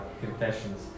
Confessions